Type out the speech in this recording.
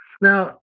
Now